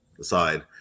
aside